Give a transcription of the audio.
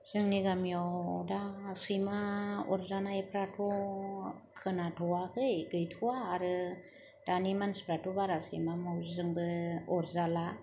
जोंनि गामियाव दा सैमा अरजानायफ्राथ' खोनाथवाखै गैथवा आरो दानि मानसिफ्राथ' बारा सैमा माउजिजोंबो अरजाला